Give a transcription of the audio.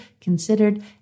considered